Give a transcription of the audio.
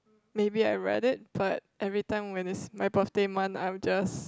maybe I read it but everytime when it's my birthday month I will just